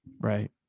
right